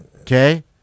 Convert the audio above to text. Okay